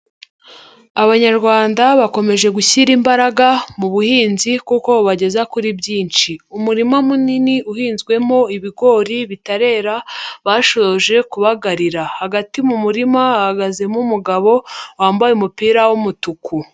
Abanyarwanda bakomeje gushyira imbaraga mu buhinzi kuko bubageza kuri byinshi. Umurima munini uhinzwemo ibigori bitarera bashoje kubagarira. Hagati mu murima hahagazemo umugabo wambaye umupira w'umutuku.